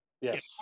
Yes